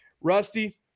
Rusty